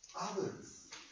others